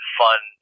fun